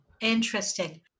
Interesting